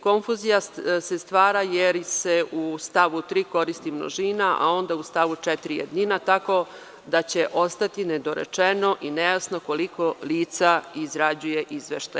Konfuzija se stvara jer se u stavu 3. koristi množina, a onda u stavu 4. jednina, tako da će ostati nedorečeno i nejasno koliko lica izrađuje izveštaj.